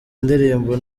indirimbo